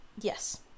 yes